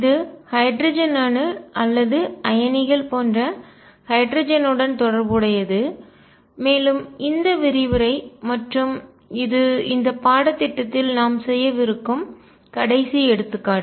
இது ஹைட்ரஜன் அணு அல்லது அயனிகள் போன்ற ஹைட்ரஜனுடன் தொடர்புடையது மேலும் இந்த விரிவுரை மற்றும் இது இந்த பாடத்திட்டத்தில் நாம் செய்யவிருக்கும் கடைசி எடுத்துக்காட்டு